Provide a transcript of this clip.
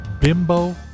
Bimbo